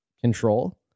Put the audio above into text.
control